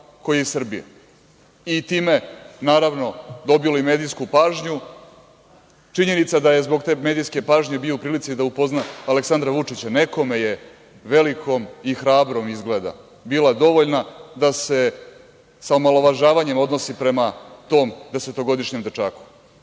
koji je iz Srbije i time, naravno, dobilo i medijsku pažnju? Činjenica da je zbog te medijske pažnje bio u prilici da upozna Aleksandra Vučića, nekome je velikom hrabrom, izgleda, bila dovoljna da se sa omalovažavanjem odnosi prema tom desetogodišnjem dečaku.